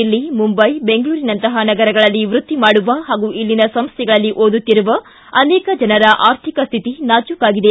ದಿಲ್ಲಿ ಮುಂಬಯಿ ಬೆಂಗಳೂರಿನಂತಹ ನಗರಗಳಲ್ಲಿ ವೃತ್ತಿ ಮಾಡುವ ಹಾಗೂ ಇಲ್ಲಿನ ಸಂಸ್ಥೆಗಳಲ್ಲಿ ಓದುತ್ತಿರುವ ಅನೇಕ ಜನರ ಆರ್ಥಿಕ ಸ್ಟಿತಿ ನಾಜೂಕಾಗಿದೆ